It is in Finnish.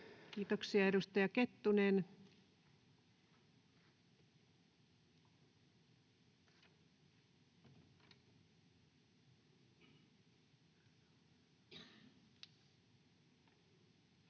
Kiitoksia. — Edustaja Kettunen. [Speech